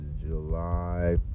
July